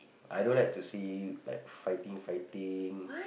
I don't like to see like fighting fighting